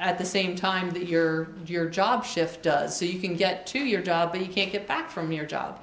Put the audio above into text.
at the same time that your your job shift does so you can get to your job but you can't get back from your job